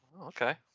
Okay